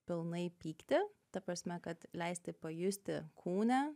pilnai pyktį ta prasme kad leisti pajusti kūne